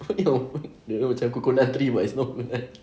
dia macam coconut tree but it's not